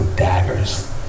daggers